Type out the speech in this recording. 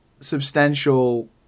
substantial